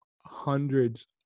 hundreds